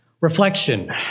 reflection